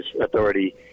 authority